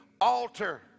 altar